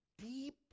deep